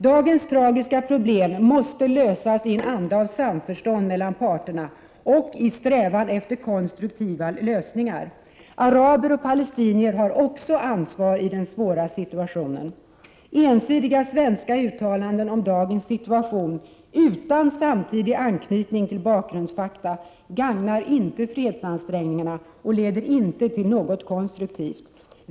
Dagens tragiska problem måste lösas i en anda av samförstånd mellan parterna och i strävan efter konstruktiva lösningar. Araber och palestinier har också ansvar i den svåra situationen. Ensidiga svenska uttalanden om dagens situation utan samtidig anknytning till bakgrundsfakta gagnar inte fredsansträngningarna och leder inte till något konstruktivt.